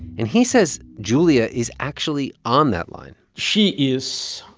and he says julia is actually on that line she is,